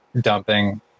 dumping